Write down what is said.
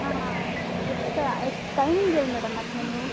ಹಾಂ ಎಷ್ಟು ಎಷ್ಟು ಟೈಮಿಂಗ್ ಹೇಳಿ ಮೇಡಮ್ ಮತ್ತು ನೀವು